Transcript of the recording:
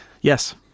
Yes